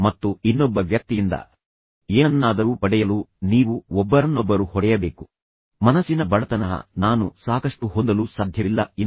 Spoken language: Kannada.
ಈಗ ಈ ಸಂದರ್ಭದಲ್ಲಿ ವಾಸ್ತವವಾಗಿ ಅವರು ಯಾವಾಗ ಬೇಕಾದರೂ ಪರಸ್ಪರ ಸತ್ಯವನ್ನು ಹೊರತೆಗೆಯಲು ಅವರ ಸರದಿ ಬಂದಾಗ ಸಾಧ್ಯವಾಗುತ್ತದೆ